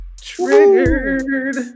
Triggered